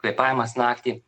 kvėpavimas naktį